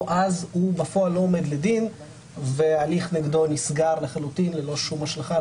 או אז הוא בפועל לא עומד לדין וההליך נגדו נסגר לחלוטין ללא שום השלכה,